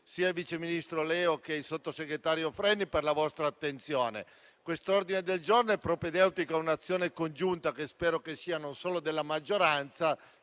il vice ministro Leo e il sottosegretario Freni, per la loro attenzione. L'ordine del giorno G7.300 è propedeutico ad un'azione congiunta, che spero non sia solo della maggioranza,